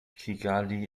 kigali